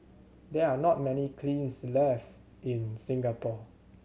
there are not many kilns left in Singapore